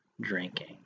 drinking